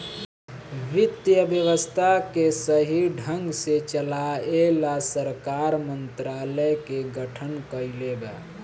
वित्त व्यवस्था के सही ढंग से चलाये ला सरकार मंत्रालय के गठन कइले बा